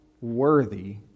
worthy